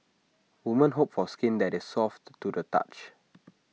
women hope for skin that is soft to the touch